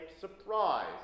surprise